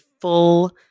full